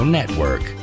Network